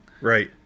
Right